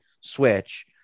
Switch